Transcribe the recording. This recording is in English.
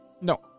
No